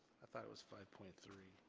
i thought it was five point three.